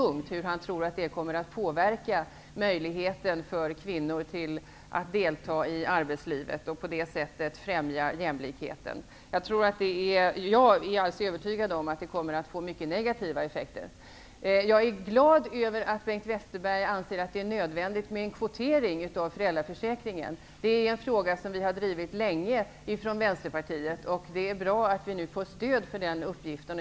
Hur tror Bengt Westerberg att vårdnadsbidraget kommer att påverka möjligheten för kvinnor att delta i arbetslivet och främja jämlikheten? Jag är alldeles övertygad om att det kommer att få mycket negativa effekter. Jag är glad över att Bengt Westerberg anser det nödvändigt med en kvotering när det gäller föräldraförsäkringen. Den frågan har vi i Vänsterpartiet drivit länge. Det är bra att vi nu får stöd i den uppgiften.